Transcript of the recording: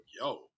yo